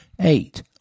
Eight